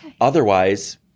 Otherwise